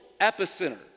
epicenter